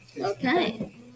Okay